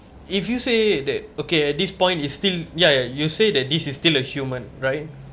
if you say that okay at this point is still ya you say that this is still a human right